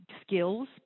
skills